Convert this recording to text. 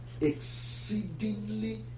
exceedingly